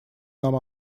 нам